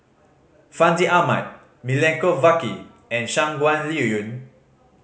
Fandi Ahmad Milenko Prvacki and Shangguan Liuyun